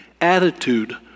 Attitude